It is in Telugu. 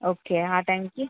ఓకే ఆ టైంకి